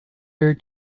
her